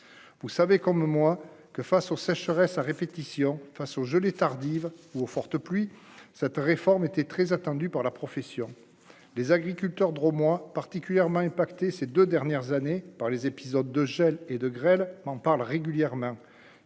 vous savez comme moi que, face aux sécheresses à répétition face aux gelées tardives ou aux fortes pluies, cette réforme était très attendu par la profession, les agriculteurs drômois particulièrement impacté ces 2 dernières années par les épisodes de gel et de grêle on parle régulièrement